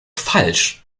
falsch